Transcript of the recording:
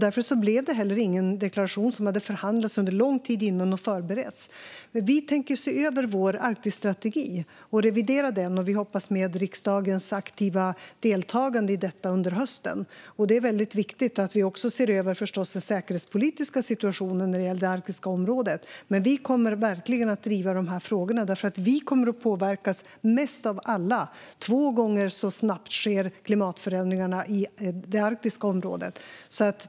Därför blev det heller ingen deklaration, som hade förberetts och förhandlats under lång tid. Vi tänker se över vår Arktisstrategi och revidera den. Vi hoppas kunna göra det med riksdagens aktiva deltagande under hösten. Det är förstås väldigt viktigt att vi också ser över den säkerhetspolitiska situationen när det gäller det arktiska området. Men vi kommer verkligen att driva dessa frågor, för vi kommer att påverkas mest av alla. Två gånger så snabbt sker klimatförändringarna i det arktiska området.